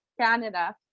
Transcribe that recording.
Canada